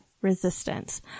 Resistance